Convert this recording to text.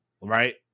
right